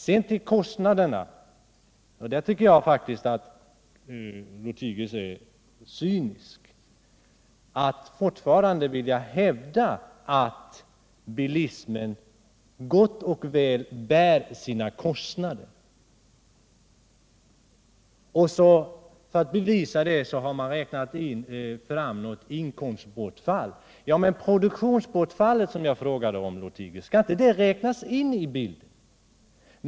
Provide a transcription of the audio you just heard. När det gäller kostnaderna tycker jag faktiskt att herr Lothigius är cynisk då han fortfarande vill hävda att bilismen gott och väl bär sina kostnader. För att bevisa detta har man räknat in inkomstbortfall. Men skall då inte det produktionsbortfall som jag frågade om, herr Lothigius, räknas in i bilden?